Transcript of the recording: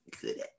good